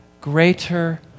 greater